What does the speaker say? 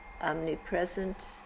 omnipresent